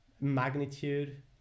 magnitude